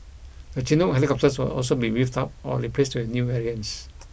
the Chinook helicopters will also be beefed up or replaced with new variants